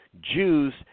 Jews